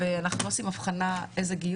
אנחנו עד עכשיו לא יודעים מה הוא בדיוק חשב.